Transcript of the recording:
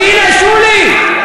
הנה, שולי.